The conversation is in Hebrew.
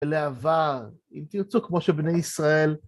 ולעבר, אם תרצו כמו שבני ישראל...